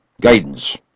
guidance